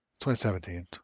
2017